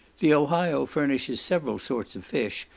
the ohio furnishes several sorts of fish,